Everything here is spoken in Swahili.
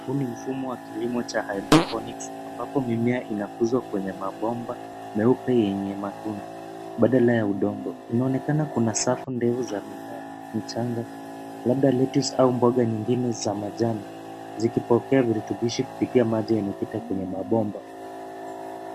Huu ni mfumo wa kilimo cha hydroponics ambapo mimea inakuzwa kwenye mabomba meupe yenye matuni baadala ya udongo. Inaonekana kuna safu ndefu za mimea michanga labda lettuce au mboga nyingine za majani, zikipokea virutubishi kupitia maji yanayopita kwenye mabomba.